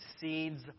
seeds